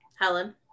helen